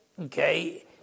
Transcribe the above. Okay